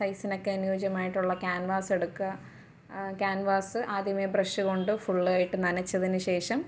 സൈസിനൊക്ക അനുയോജ്യമായിട്ടുള്ള ക്യാൻവാസ് എടുക്കുക ക്യാൻവാസ് ആദ്യമേ ബ്രഷ് കൊണ്ട് ഫുള്ള് ആയിട്ട് നനച്ചതിന് ശേഷം